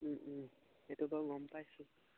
সেইটো বাৰু গম পাইছোঁ